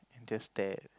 just stare